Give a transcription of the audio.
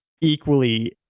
equally